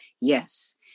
yes